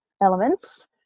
elements